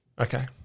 Okay